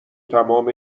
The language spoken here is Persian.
تمام